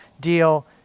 deal